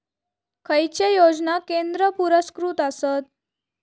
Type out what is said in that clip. खैचे योजना केंद्र पुरस्कृत आसत?